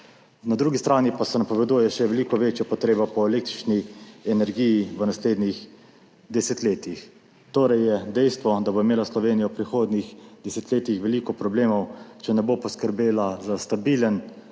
Na drugi strani pa se napoveduje še veliko večja potreba po električni energiji v naslednjih desetletjih, torej je dejstvo, da bo imela Slovenija v prihodnjih desetletjih veliko problemov, če ne bo poskrbela za stabilen,